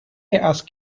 ask